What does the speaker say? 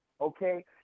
okay